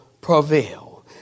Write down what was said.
prevail